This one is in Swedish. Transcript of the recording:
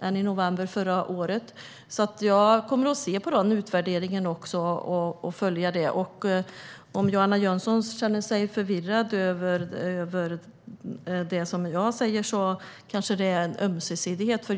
än i november förra året har kunnat komma hit? Jag kommer att se på den utvärderingen och följa utvecklingen. Om Johanna Jönsson känner sig förvirrad av det som jag säger, kanske det är ömsesidigt.